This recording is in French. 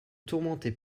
tourmentez